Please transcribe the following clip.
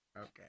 Okay